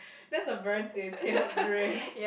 that's a very detailed dream